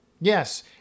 Yes